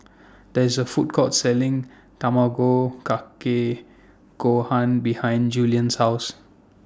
There IS A Food Court Selling Tamago Kake Gohan behind Julian's House